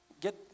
get